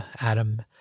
adam